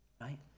right